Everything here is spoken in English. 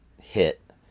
hit